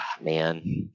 man